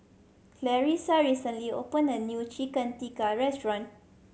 Clarissa recently opened a new Chicken Tikka restaurant